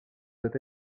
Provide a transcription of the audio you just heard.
doit